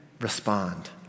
respond